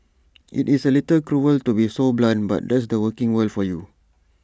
IT is A little cruel to be so blunt but that's the working world for you